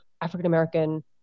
African-American